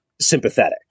sympathetic